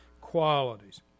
qualities